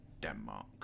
Denmark